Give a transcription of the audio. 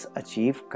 achieve